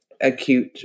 acute